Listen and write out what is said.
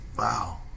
Wow